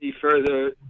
further